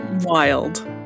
wild